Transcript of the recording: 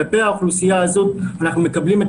כלפי האוכלוסייה הזאת אנחנו מקבלים את